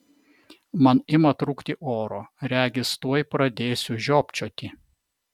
man ima trūkti oro regis tuoj pradėsiu žiopčioti